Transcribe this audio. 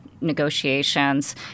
negotiations